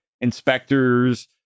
inspectors